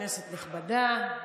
כנסת נכבדה,